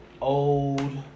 old